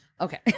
Okay